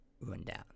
rundown